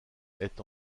est